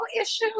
issue